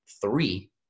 three